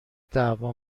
دعوا